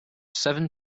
seven